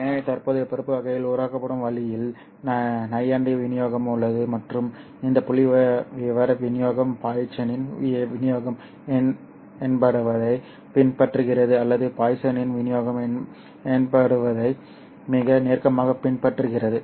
எனவே தற்போதைய பருப்பு வகைகள் உருவாக்கப்படும் வழியில் நையாண்டி விநியோகம் உள்ளது மற்றும் இந்த புள்ளிவிவர விநியோகம் பாய்சனின் விநியோகம் எனப்படுவதைப் பின்பற்றுகிறது அல்லது பாய்சனின் விநியோகம் எனப்படுவதை மிக நெருக்கமாகப் பின்பற்றுகிறது